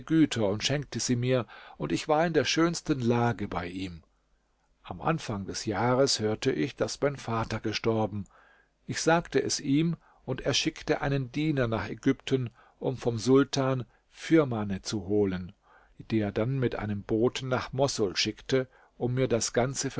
güter und schenkte sie mir und ich war in der schönsten lage bei ihm am anfang des jahres hörte ich daß mein vater gestorben ich sagte es ihm und er schickte einen diener nach ägypten um vom sultan firmane zu holen die er dann mit einem boten nach mossul schickte um mir das ganze